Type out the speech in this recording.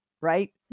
right